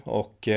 och